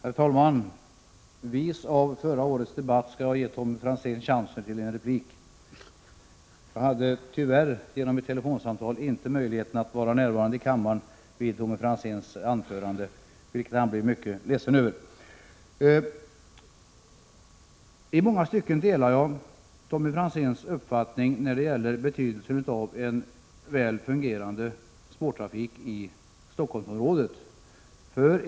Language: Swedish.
Herr talman! Vis av förra årets debatt skall jag ge Tommy Franzén chansen till en replik. Då hade jag tyvärr, på grund av ett telefonsamtal, inte möjlighet att vara närvarande i kammaren vid Tommy Franzéns anförande, vilket han blev mycket ledsen över. I många stycken delar jag Tommy Franzéns uppfattning om betydelsen av en väl fungerande spårtrafik i Stockholmsområdet.